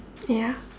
ya